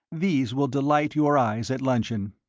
these will delight your eyes at luncheon.